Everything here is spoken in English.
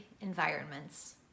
environments